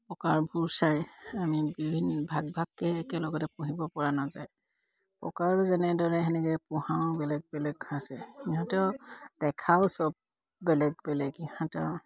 প্ৰকাৰবোৰ চাই আমি বিভিন্ন ভাগ ভাগকৈ একেলগতে পুহিব পৰা নাযায় প্ৰকাৰো যেনেদৰে সেনেকৈ পোহাও বেলেগ বেলেগ আছে ইহঁতেৰ দেখাও চব বেলেগ বেলেগ ইহঁতৰ